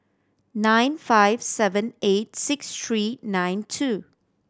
nine five seven eight six three nine two